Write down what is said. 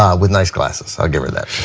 um with nice glasses, i'll give her that.